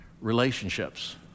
relationships